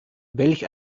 welch